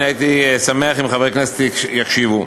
אני אשמח אם חברי הכנסת יקשיבו.